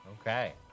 Okay